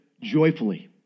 joyfully